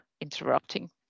interrupting